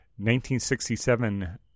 1967